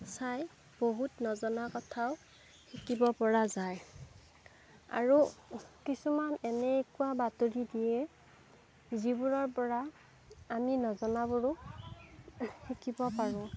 চাই বহুত নজনা কথাও শিকিব পৰা যায় আৰু কিছুমান এনেকুৱা বাতৰি দিয়ে যিবোৰৰ পৰা আমি নজনাবোৰো শিকিব পাৰোঁ